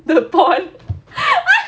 the pond